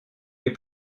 les